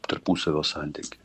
tarpusavio santykį